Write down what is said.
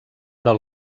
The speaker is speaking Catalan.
del